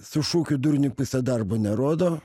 su šūkiu durniui pusė darbo nerodo